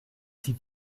sie